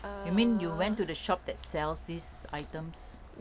you mean you went to the shop that sells these items